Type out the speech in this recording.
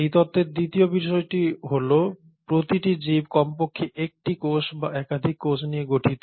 এই তত্ত্বের দ্বিতীয় বিষয়টি হল প্রতিটি জীব কমপক্ষে একটি কোষ বা একাধিক কোষ নিয়ে গঠিত